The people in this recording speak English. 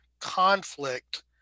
conflict